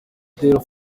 tyler